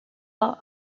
law